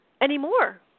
anymore